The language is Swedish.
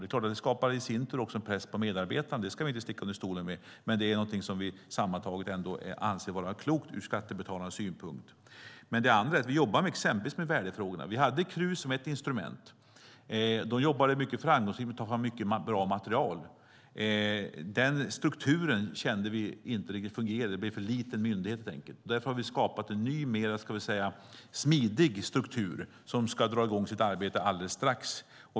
Vi ska inte sticka under stol med att det också skapar en press på medarbetarna, men det är något som vi sammantaget ändå anser vara klokt ur skattebetalarnas synpunkt. Vi jobbar också exempelvis med värdefrågorna. Vi hade Krus som ett instrument. Då jobbade vi framgångsrikt med att ta fram bra material. Vi kände dock att den strukturen inte riktigt fungerade - det blev en för liten myndighet, helt enkelt - och därför har vi skapat en ny och smidigare struktur som ska dra i gång sitt arbete alldeles strax.